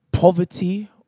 Poverty